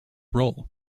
roll